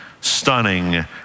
stunning